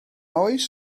oes